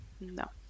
no